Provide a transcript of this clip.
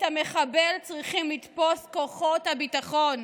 את המחבל צריכים לתפוס כוחות הביטחון.